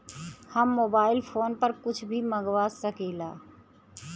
हम mobile phone पर कुछ भी मंगवा सकिला?